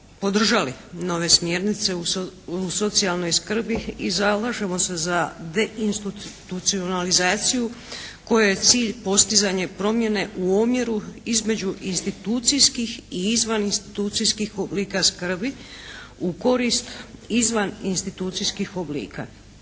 podržali nove smjernice u socijalnoj skrbi i zalažemo se za deinstitucionalizaciju kojoj je cilj postizanje promjene u omjeru između institucijskih i izvan institucijskih oblika skrbi u korist izvan institucijskih oblika.